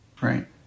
Right